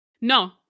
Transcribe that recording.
no